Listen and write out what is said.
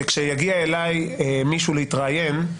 שכאשר יגיע אליי מישהו להתראיין,